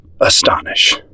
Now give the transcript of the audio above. astonish